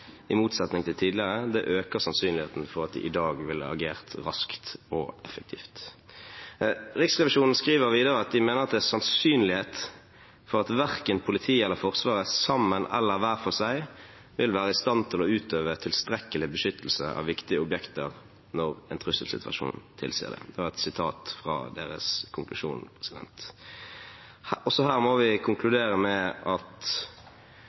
i motsetning til tidligere, øker sannsynligheten for at de i dag ville agert raskt og effektivt. Riksrevisjonen skriver videre at de mener det er sannsynlighet for at «verken politiet eller Forsvaret, sammen eller hver for seg, vil være i stand til å utøve tilstrekkelig beskyttelse og sikring av viktige objekter ved en trusselsituasjon». Det siste er sitert fra deres konklusjon. Her må vi konstatere at